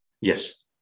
Yes